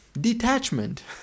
detachment